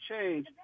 change